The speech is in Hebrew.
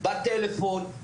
בטלפון,